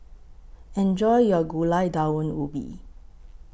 Enjoy your Gulai Daun Ubi